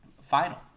final